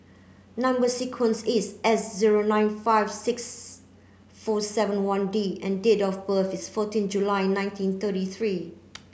number sequence is S zero nine five six four seven one D and date of birth is fourteen July nineteen thirty three